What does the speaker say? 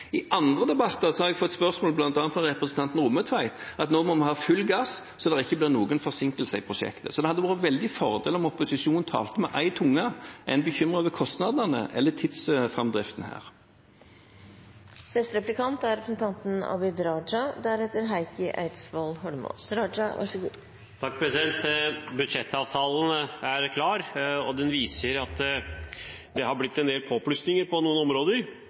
I andre debatter har jeg fått spørsmål – bl.a. fra representanten Rommetveit – der de sier at nå må vi ha full gass, slik at det ikke blir noen forsinkelse i prosjektet. Det hadde vært en veldig fordel om opposisjonen talte med én tunge. Er en bekymret over kostnadene eller over tidsframdriften her? Budsjettavtalen er klar. Den viser at det har blitt en del påplussinger på noen områder